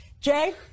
jay